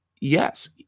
yes